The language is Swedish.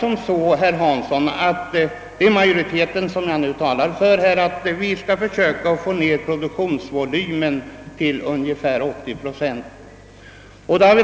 Vi inom majoriteten resonerade så, herr Hansson, att vi skall försöka få ned produktionsvolymen till ungefär 80 procent.